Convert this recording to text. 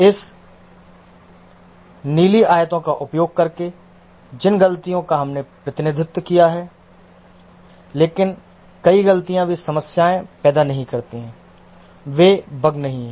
इस नीली आयतों का उपयोग करके जिन गलतियों का हमने प्रतिनिधित्व किया है लेकिन कई गलतियाँ वे समस्या पैदा नहीं करती हैं वे बग नहीं हैं